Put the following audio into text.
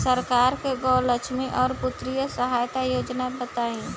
सरकार के गृहलक्ष्मी और पुत्री यहायता योजना बताईं?